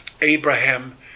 Abraham